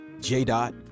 J-Dot